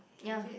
ya